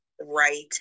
right